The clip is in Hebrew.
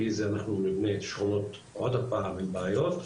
בלי זה אנחנו נבנה שכונות עוד הפעם עם בעיות,